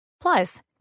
Plus